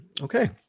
Okay